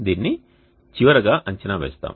దీనిని చివరగా అంచనా వేస్తాము